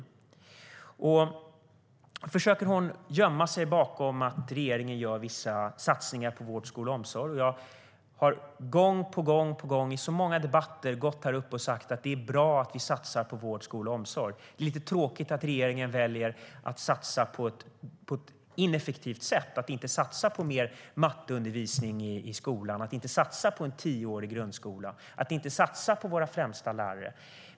Magdalena Andersson försöker gömma sig bakom att regeringen gör vissa satsningar på vård, skola och omsorg. Jag har gång på gång i många debatter gått upp här och sagt att det är bra att vi satsar på vård, skola och omsorg. Om detta är vi överens, även om det är lite tråkigt att regeringen väljer att satsa på ett ineffektivt sätt och inte satsa på mer matteundervisning i skolan, på en tioårig grundskola eller på våra främsta lärare.